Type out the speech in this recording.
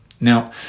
Now